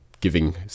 giving